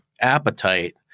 appetite